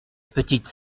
petite